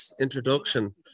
introduction